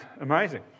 amazing